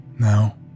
Now